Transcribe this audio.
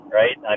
right